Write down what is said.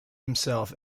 himself